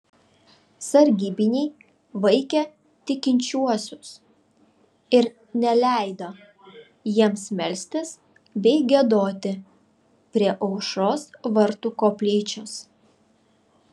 sargybiniai vaikė tikinčiuosius ir neleido jiems melstis bei giedoti prie aušros vartų koplyčios